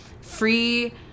free